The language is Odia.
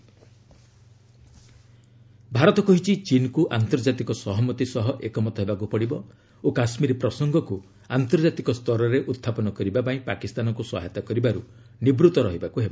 ଇଣ୍ଡିଆ ଚାଇନା ଭାରତ କହିଛି ଚୀନ୍କୁ ଆନ୍ତର୍ଜାତିକ ସହମତି ସହ ଏକମତ ହେବାକୁ ପଡ଼ିବ ଓ କାଶ୍ମୀର ପ୍ରସଙ୍ଗକ୍ ଆନ୍ତର୍ଜାତିକ ସ୍ତରରେ ଉହ୍ଚାପନ କରିବା ପାଇଁ ପାକିସ୍ତାନକୁ ସହାୟତା କରିବାରୁ ନିବୂତ୍ତ ରହିବାକୁ ହେବ